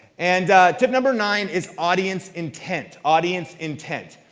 and tip number nine is audience intent. audience intent.